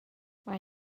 mae